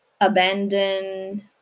abandon